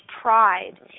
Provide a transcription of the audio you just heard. pride